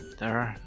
there.